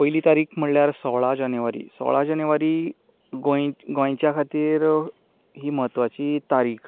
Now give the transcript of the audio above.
पयली तारीक म्हणल्यार सोळा जानेवारी सोळा जानेवारी गोंय गोंयच्या खातीर ही म्हत्वाची तारीक